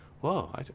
whoa